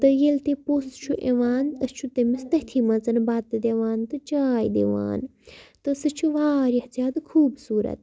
تہٕ ییٚلہِ تہِ پوٚژھ چھُ یِوان أسۍ چھُ تٔمِس تٔتھی مَنٛزَ بَتہٕ دِوان تہٕ چاے دِوان تہٕ سُہ چھِ واریاہ زیادٕ خوٗبصوٗرت